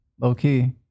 low-key